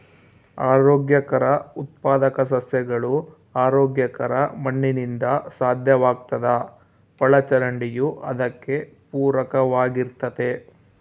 ಆರೋಗ್ಯಕರ ಉತ್ಪಾದಕ ಸಸ್ಯಗಳು ಆರೋಗ್ಯಕರ ಮಣ್ಣಿನಿಂದ ಸಾಧ್ಯವಾಗ್ತದ ಒಳಚರಂಡಿಯೂ ಅದಕ್ಕೆ ಪೂರಕವಾಗಿರ್ತತೆ